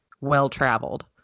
well-traveled